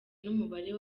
n’umubare